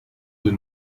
you